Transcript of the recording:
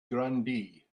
grandee